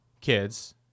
kids